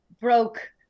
broke